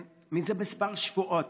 זה כמה שבועות,